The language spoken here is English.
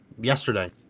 Yesterday